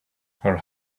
her